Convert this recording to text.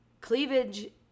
cleavage